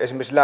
esimerkiksi